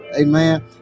Amen